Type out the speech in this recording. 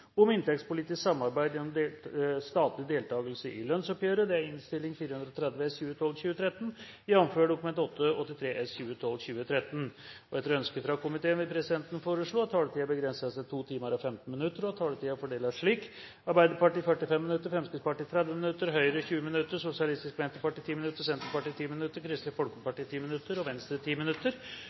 om ordet til noen av disse sakene. Sakene nr. 1–19 er annen gangs behandling av lovsaker og gjelder lovvedtak 113–131. Etter ønske fra finanskomiteen vil presidenten foreslå at taletiden begrenses til 2 timer og 15 minutter, og at taletiden fordeles slik på gruppene: Arbeiderpartiet 45 minutter, Fremskrittspartiet 30 minutter, Høyre 20 minutter, Sosialistisk Venstreparti 10 minutter, Senterpartiet 10 minutter, Kristelig Folkeparti 10 minutter og Venstre 10 minutter.